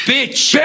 Bitch